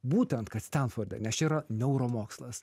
būtent kad stanforde nes čia yra neuromokslas